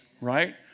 right